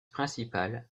principale